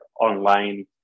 online